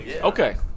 Okay